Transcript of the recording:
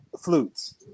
Flutes